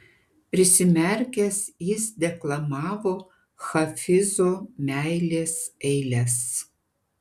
prisimerkęs jis deklamavo hafizo meilės eiles